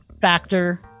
factor